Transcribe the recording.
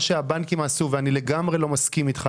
מה שהבנקים עשו ואני לגמרי לא מסכים אתך,